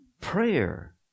Prayer